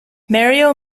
mario